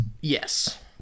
Yes